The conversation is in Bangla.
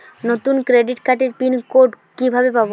নতুন ক্রেডিট কার্ডের পিন কোড কিভাবে পাব?